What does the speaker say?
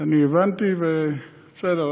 אני הבנתי, בסדר.